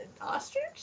ostrich